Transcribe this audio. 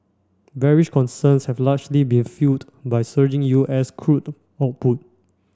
bearish concerns have largely been fuelled by surging U S crude output